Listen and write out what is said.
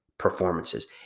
performances